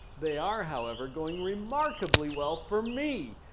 they are however going remarkably well for me.